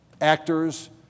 actors